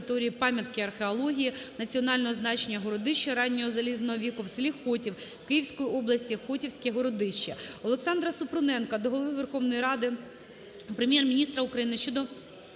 пам'ятки археології національного значення - городища раннього залізного віку в с. Хотів Київської області (Хотівське городище). Олександра Супруненка до Голови Верховної Ради, Прем'єр-міністра України щодо